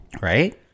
right